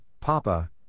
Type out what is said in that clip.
Papa